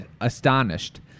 astonished